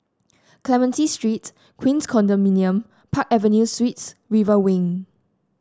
Clementi Street Queens Condominium Park Avenue Suites River Wing